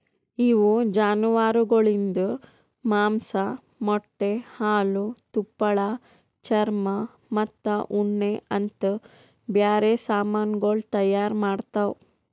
ಇವು ಜಾನುವಾರುಗೊಳಿಂದ್ ಮಾಂಸ, ಮೊಟ್ಟೆ, ಹಾಲು, ತುಪ್ಪಳ, ಚರ್ಮ ಮತ್ತ ಉಣ್ಣೆ ಅಂತ್ ಬ್ಯಾರೆ ಸಮಾನಗೊಳ್ ತೈಯಾರ್ ಮಾಡ್ತಾವ್